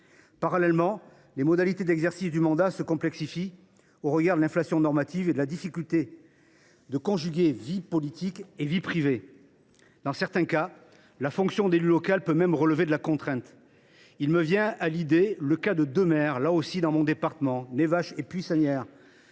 Parallèlement, les modalités d’exercice du mandat se complexifient au regard de l’inflation normative et de la difficile conjugaison de la vie politique et de la vie privée. Dans certains cas, la fonction d’élu local peut même relever de la contrainte. Il me vient en tête le cas de deux maires, ceux de Névache et Puy Sanières,